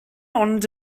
ond